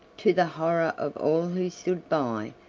to the horror of all who stood by,